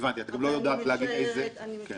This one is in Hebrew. שלכם היום היא שאין לכם שום